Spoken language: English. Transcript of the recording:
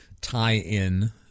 tie-in